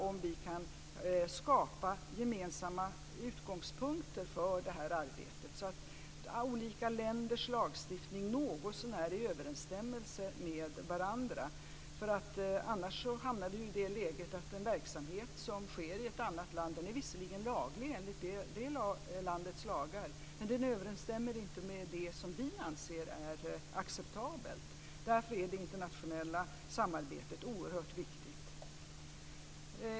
Om vi inte kan skapa gemensamma utgångspunkter för detta arbete, så att olika länders lagstiftning är något så när i överensstämmelse med varandra, hamnar vi ju i det läget att en verksamhet som sker i ett annat land visserligen är laglig enligt det landets lagar, men den överensstämmer inte med det som vi anser är acceptabelt. Därför är det internationella samarbetet oerhört viktigt.